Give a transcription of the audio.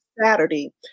Saturday